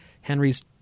Henry's